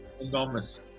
enormous